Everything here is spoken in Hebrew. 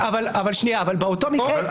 גור,